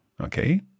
Okay